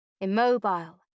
immobile